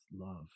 love